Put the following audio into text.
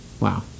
wow